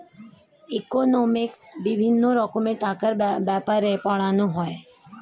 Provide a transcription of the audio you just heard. ইকোনমিক্সে বিভিন্ন রকমের টাকার ব্যাপারে পড়ানো হয়